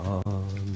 on